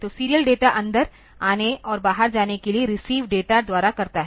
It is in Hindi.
तो सीरियल डेटा अंदर आने और बाहर जाने के लिए रिसीव डाटा द्वारा करता है